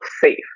safe